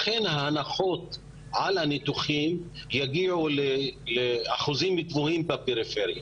לכן ההנחות על הניתוחים יגיעו לאחוזים גבוהים בפריפריה.